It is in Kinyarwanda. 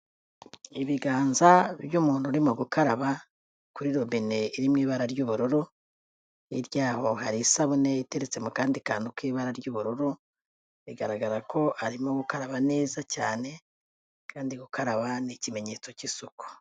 Ibiganza by'umuntu urimo gukaraba kuri robine iri mu ibara ry'ubururu, hirya yaho hari isabune iteretse mu kandi kantu k'ibara ry'ubururu, bigaragara ko arimo gukaraba neza cyane kandi gukaraba ni ikimenyetso cy'isuku.